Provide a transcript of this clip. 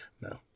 No